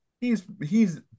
He's—he's